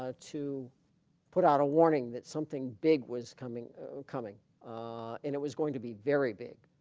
ah to put out a warning that something big was coming coming and it was going to be very big